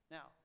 Now